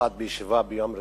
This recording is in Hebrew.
במיוחד בישיבה ביום רביעי,